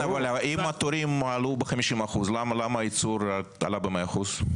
אבל אם התורים עלו ב-50%, למה הייצור עלה ב-100%?